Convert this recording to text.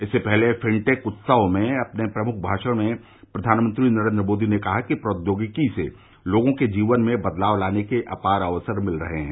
इससे पहले फिनटेक उत्सव में अपने प्रमुख भाषण में प्रधानमंत्री नरेन्द्र मोदी ने कहा है कि प्रौद्योगिकी से लोगों के जीवन में बदलाव लाने के अपार अवसर मिल रहे हैं